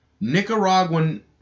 Nicaraguan